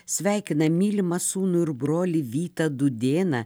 sveikina mylimą sūnų ir brolį vytą dūdėną